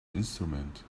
instrument